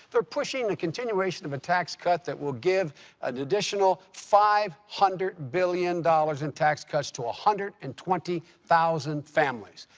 they're pushing the continuation of a tax cut that will give an additional five hundred billion dollars in tax cuts to one ah hundred and twenty thousand families.